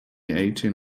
eigtheen